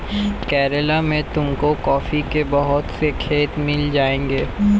केरला में तुमको कॉफी के बहुत से खेत मिल जाएंगे